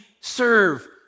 serve